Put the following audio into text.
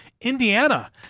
Indiana